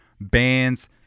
bands